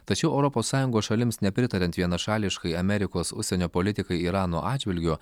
tačiau europos sąjungos šalims nepritariant vienašališkai amerikos užsienio politikai irano atžvilgiu